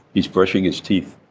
he's brushing his teeth.